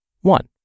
One